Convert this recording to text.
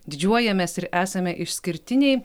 didžiuojamės ir esame išskirtiniai